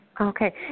Okay